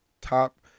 top